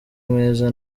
mwiza